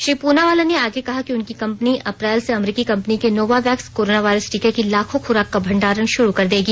श्री प्रनावाला ने आगे कहा कि उनकी कंपनी अप्रैल से अमरीकी कंपनी के नोवावैक्स कोरोनोवायरस टीके की लाखों खुराक का भंडारण शुरू कर देगी